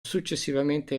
successivamente